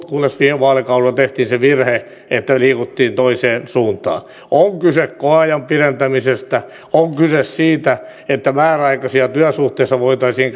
kunnes viime vaalikaudella tehtiin se virhe että liikuttiin toiseen suuntaan on kyse koeajan pidentämisestä on kyse siitä että määräaikaisia työsuhteita voitaisiin